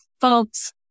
folks